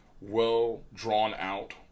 well-drawn-out